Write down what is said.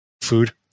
food